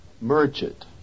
Merchant